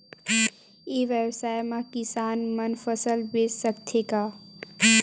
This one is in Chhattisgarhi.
ई व्यवसाय म किसान मन फसल बेच सकथे का?